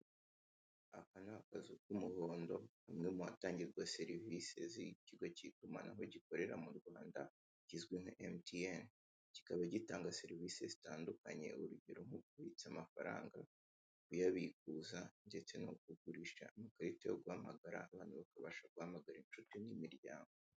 Aka nakazu k'umuhondo hamwe muhatangirwa serivise z'icyigo cyitumanaho gikorera murwanda kizwi nka MTN, kikaba gitanga serivise zitandukanye urugero nko kubitsa amafaranga kuyabikuza ndetse no kugurisha amakarita yo guhamagara abantu bakabasha guhamagara inshuti n'imiryango.